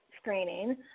screening